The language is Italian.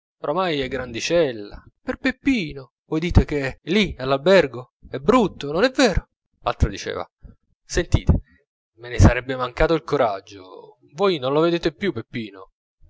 oramai è grandicella per peppino voi dite che lì all'albergo è brutto non è vero l'altra diceva sentite me ne sarebbe mancato il coraggio voi non lo vedete più peppino